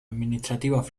administrativas